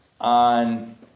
on